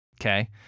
Okay